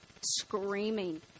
screaming